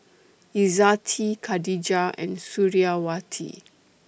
Izzati Khadija and Suriawati